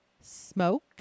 Smoke